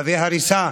צווי הריסה,